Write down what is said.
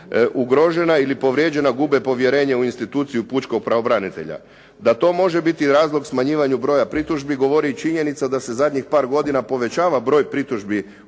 ugrožena ili povrijeđena, gube povjerenje u instituciju pučkog pravobranitelja. Da to može biti razlog smanjivanju broja pritužbi govori i činjenica da se zadnjih par godina povećava broj pritužbi